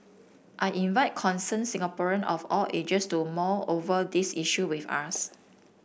I invite concerned Singaporean of all ages to mull over these issue with us